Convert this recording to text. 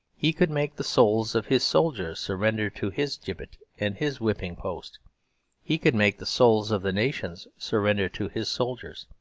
he could make the souls of his soldiers surrender to his gibbet and his whipping-post he could make the souls of the nations surrender to his soldiers.